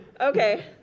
okay